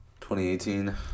2018